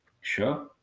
Sure